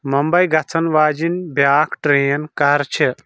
ممبَے گژھن واجیٚنۍ بیٚاکھ ٹرین کر چھِ ؟